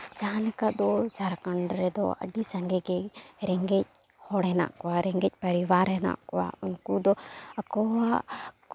ᱡᱟᱦᱟᱸ ᱞᱮᱠᱟ ᱫᱚ ᱡᱷᱟᱲᱠᱷᱚᱸᱰ ᱨᱮᱫᱚ ᱟᱹᱰᱤ ᱥᱟᱸᱜᱮ ᱜᱮ ᱨᱮᱸᱜᱮᱡ ᱦᱚᱲ ᱢᱮᱱᱟᱜ ᱠᱚᱣᱟ ᱨᱮᱸᱜᱮᱡ ᱯᱚᱨᱤᱵᱟᱨ ᱦᱮᱱᱟᱜ ᱠᱚᱣᱟ ᱩᱱᱠᱩ ᱫᱚ ᱟᱠᱚ ᱦᱟᱸᱜ